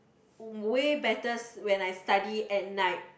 way betters when I study at night